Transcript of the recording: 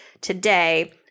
today